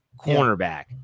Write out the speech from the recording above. cornerback